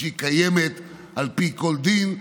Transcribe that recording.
שהיא קיימת על פי כל דין,